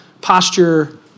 posture